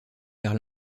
vers